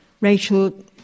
Rachel